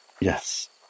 Yes